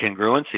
congruency